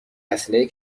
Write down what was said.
اسلحه